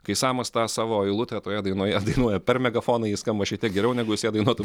kai samas tą savo eilutę toje dainoje dainuoja per megafoną ji skamba šiek tiek geriau negu jis ją dainuotų